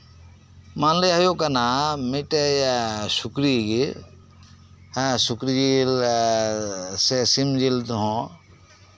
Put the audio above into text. ᱢᱟᱱᱞᱮᱭᱟ ᱦᱩᱭᱩᱜ ᱠᱟᱱᱟ ᱢᱤᱫᱴᱮᱱ ᱥᱩᱠᱨᱤ ᱜᱮ ᱦᱮᱸ ᱥᱩᱠᱨᱤ ᱡᱤᱞ ᱥᱮ ᱥᱤᱢ ᱡᱤᱞ ᱛᱮᱦᱚᱸ